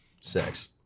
Sex